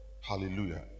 Hallelujah